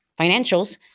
financials